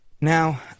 Now